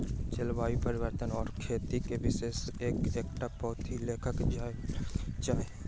जलवायु परिवर्तन आ खेती के विषय पर एकटा पोथी लिखल जयबाक चाही